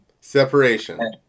separation